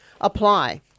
apply